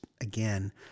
again